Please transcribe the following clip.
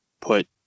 put